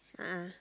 a'ah